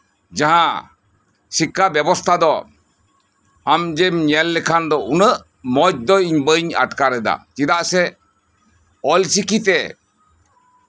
ᱡᱟᱸᱦᱟ ᱥᱤᱠᱠᱷᱟ ᱵᱮᱵᱚᱥᱛᱷᱟ ᱫᱚ ᱟᱢ ᱡᱮᱢ ᱧᱮᱞ ᱞᱮᱠᱷᱟᱱ ᱫᱚ ᱩᱱᱟᱹᱜ ᱢᱚᱸᱡᱽ ᱫᱚ ᱤᱧ ᱵᱟᱹᱧ ᱟᱴᱠᱟᱨ ᱮᱫᱟ ᱪᱮᱫᱟᱜ ᱥᱮ ᱚᱞᱪᱤᱠᱤ ᱛᱮ